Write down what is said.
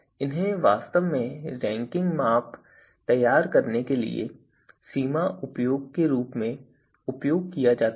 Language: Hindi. इन्हें वास्तव में रैंकिंग माप तैयार करने के लिए सीमा उपायों के रूप में उपयोग किया जाता है